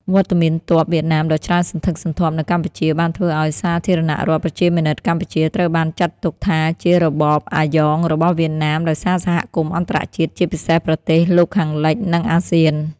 វត្តមានទ័ពវៀតណាមដ៏ច្រើនសន្ធឹកសន្ធាប់នៅកម្ពុជាបានធ្វើឱ្យ សាធារណរដ្ឋប្រជាមានិតកម្ពុជា ត្រូវបានចាត់ទុកថាជារបប "អាយ៉ង" របស់វៀតណាមដោយសហគមន៍អន្តរជាតិ ជាពិសេសប្រទេសលោកខាងលិច និងអាស៊ាន។